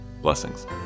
Blessings